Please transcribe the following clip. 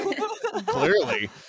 Clearly